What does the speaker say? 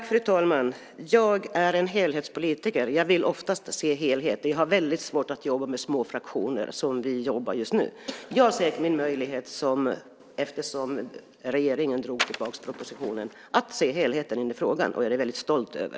Fru talman! Jag är en helhetspolitiker. Jag vill oftast se helheter. Jag har väldigt svårt att jobba med små fraktioner som vi jobbar med just nu. Jag såg min möjlighet, eftersom regeringen drog tillbaka propositionen, att se helheten i frågan. Det är jag väldigt stolt över.